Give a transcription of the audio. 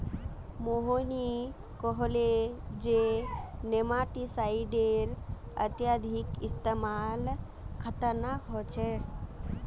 मोहिनी कहले जे नेमाटीसाइडेर अत्यधिक इस्तमाल खतरनाक ह छेक